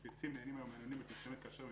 המפיצים נהנים היום מאנונימיות מסוימת כאשר הם